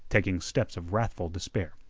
taking steps of wrathful despair.